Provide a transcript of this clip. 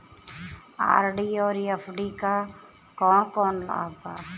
RD और FD क कौन कौन लाभ बा?